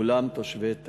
כולם תושבי תקוע.